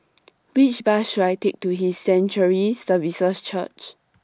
Which Bus should I Take to His Sanctuary Services Church